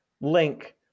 Link